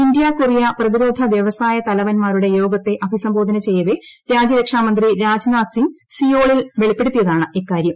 India Korea പ്രതിരോധ വ്യവസായ തലവന്മാരുടെ ശ്യോഗത്തെ അഭിസംബോധന ചെയ്യവെ രാജ്യരക്ഷാമന്ത്രി രാജ്നാഥ് സിംഗ് സിയോളിൽ വെളിപ്പെടുത്തിയതാണ് ഇക്കാര്യം